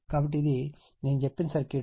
కాబట్టి ఇది నేను చెప్పిన సర్క్యూట్